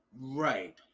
right